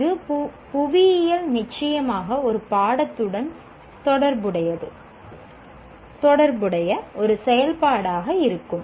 இது புவியியலில் நிச்சயமாக ஒரு பாடத்துடன் தொடர்புடைய ஒரு செயல்பாடாக இருக்கும்